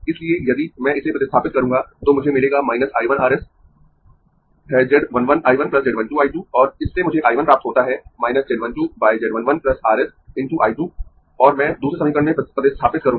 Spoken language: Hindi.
इसलिए यदि मैं इसे प्रतिस्थापित करता हूं तो मुझे मिलेगा I 1 R s है Z 1 1 I 1 Z 1 2 I 2 और इससे मुझे I 1 प्राप्त होता है Z 1 2 Z 1 1 R s × I 2 और मैं दूसरे समीकरण में प्रतिस्थापित करूंगा